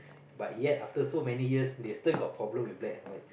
but yet after so many years they still got problem with black and white